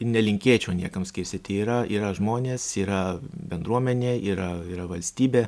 ir nelinkėčiau niekam skirstyti yra yra žmonės yra bendruomenė yra yra valstybė